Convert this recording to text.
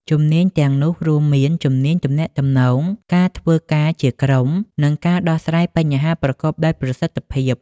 ជំនាញទាំងនោះរួមមាន ជំនាញទំនាក់ទំនង ការធ្វើការជាក្រុម និងការដោះស្រាយបញ្ហា ប្រកបដោយប្រសិទ្ធភាព។